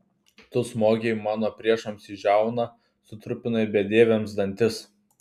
tu smogei mano priešams į žiauną sutrupinai bedieviams dantis